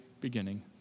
beginning